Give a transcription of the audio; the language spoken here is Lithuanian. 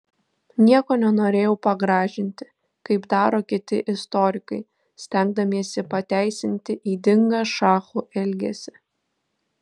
nieko nenorėjau pagražinti kaip daro kiti istorikai stengdamiesi pateisinti ydingą šachų elgesį